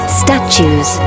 statues